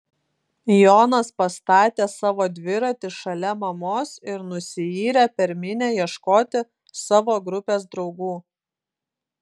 jonas pastatė savo dviratį šalia mamos ir nusiyrė per minią ieškoti savo grupės draugų